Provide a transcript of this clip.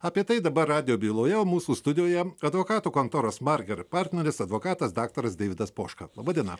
apie tai dabar radijo byloje mūsų studijoje kad o ką tu kontoros margerio partneris advokatas daktaras deividas poška laba diena